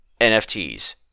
NFTs